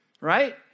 Right